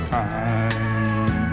time